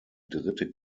dritte